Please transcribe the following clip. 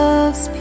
Loves